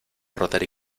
rotary